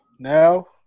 Now